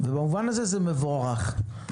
ובמובן הזה זה מבורך.